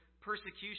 persecution